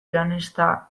pianista